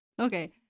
Okay